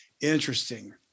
Interesting